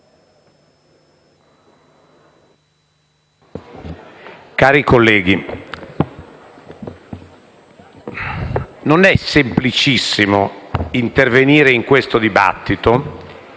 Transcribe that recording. Cari colleghi, non è semplicissimo intervenire in questo dibattito